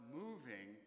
moving